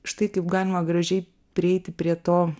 štai kaip galima gražiai prieiti prie to